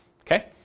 Okay